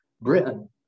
Britain